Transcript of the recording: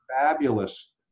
fabulous